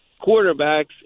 quarterbacks